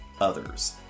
others